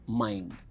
mind